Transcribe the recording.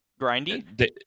grindy